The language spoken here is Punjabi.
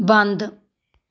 ਬੰਦ